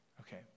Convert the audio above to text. Okay